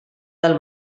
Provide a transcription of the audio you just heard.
del